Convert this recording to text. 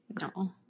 No